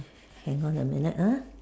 hang on a minute ah